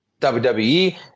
WWE